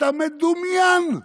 אתה מדומיין.